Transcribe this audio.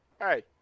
Hey